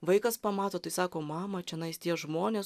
vaikas pamato tai sako mama čianais tie žmonės